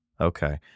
Okay